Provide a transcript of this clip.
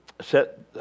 set